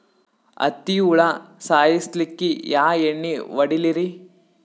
ಹತ್ತಿ ಹುಳ ಸಾಯ್ಸಲ್ಲಿಕ್ಕಿ ಯಾ ಎಣ್ಣಿ ಹೊಡಿಲಿರಿ?